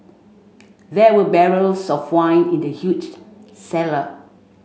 there were barrels of wine in the huge cellar